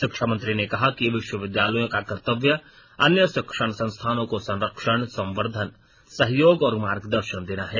शिक्षामंत्री ने कहा कि विश्वविद्यालयों का कर्तव्य अन्य शिक्षण संस्थानों को संरक्षण संवर्द्धन सहयोग और मार्गदर्शन देना है